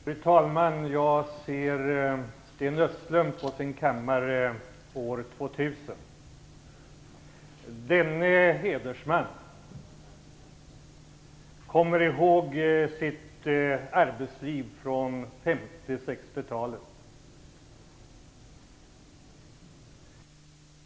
Fru talman! Jag ser Sten Östlund på sin kammare år 2000. Denne hedersman kommer ihåg sitt arbetsliv från 50 och 60-talet.